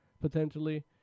potentially